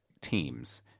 teams